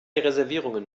reservierungen